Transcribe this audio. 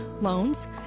loans